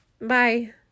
bye